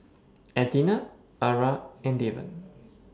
Athena Ara and Devan